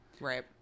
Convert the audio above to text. Right